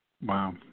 Wow